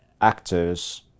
actors